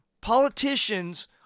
Politicians